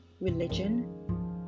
religion